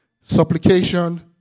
Supplication